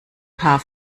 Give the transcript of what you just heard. paar